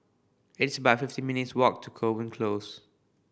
it's about fifteen minutes' walk to Kovan Close